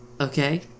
okay